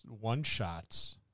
one-shots